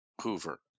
Hoover